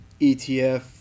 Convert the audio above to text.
ETF